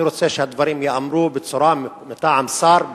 אני רוצה שהדברים ייאמרו בצורה ברורה מטעם שר,